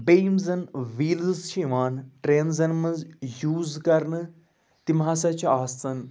بیٚیہِ یِم زَن ویٖلٕز چھِ یِوان ٹرٛینزَن منٛز یوٗز کَرنہٕ تِم ہَسا چھِ آسان